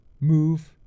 move